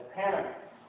parents